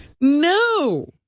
No